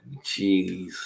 Jeez